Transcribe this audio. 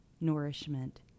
nourishment